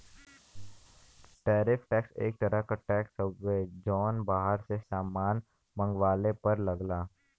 tariff tax एक तरह क टैक्स हउवे जौन बाहर से सामान मंगवले पर लगला